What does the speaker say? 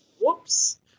Whoops